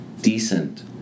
decent